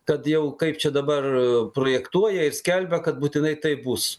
kad jau kaip čia dabar projektuoja ir skelbia kad būtinai taip bus